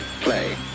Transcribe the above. play